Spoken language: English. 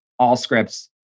Allscripts